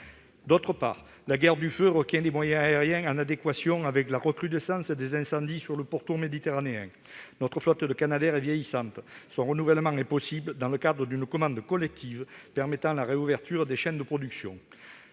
Alors que la guerre du feu requiert des moyens aériens en adéquation avec la recrudescence des incendies sur le pourtour méditerranéen, notre flotte de Canadair est vieillissante. Son renouvellement est possible dans le cadre d'une commande collective permettant la réouverture des chaînes de production.